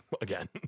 again